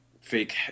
fake